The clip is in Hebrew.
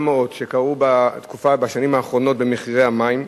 מאוד שקרתה בשנים האחרונות במחירי המים.